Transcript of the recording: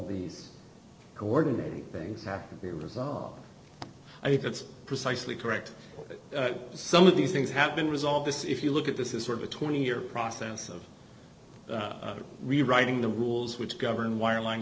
these coordinating things happen to be resolved i think it's precisely correct some of these things happen resolve this if you look at this is sort of a twenty year process of rewriting the rules which govern wireline